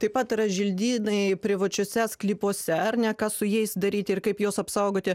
taip pat yra želdynai privačiuose sklypuose ar ne ką su jais daryti ir kaip juos apsaugoti